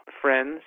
friends